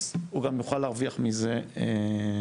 אז הוא גם יוכל להרוויח מזה כסף,